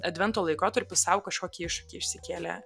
advento laikotarpiu sau kažkokį iššūkį išsikėlė